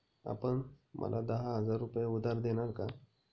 आपण मला दहा हजार रुपये उधार देणार का?